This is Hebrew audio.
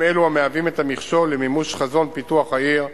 אלו המהווים את המכשול למימוש חזון פיתוח העיר,